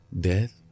death